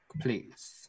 please